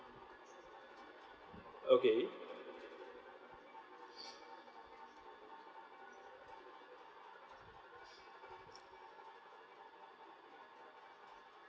okay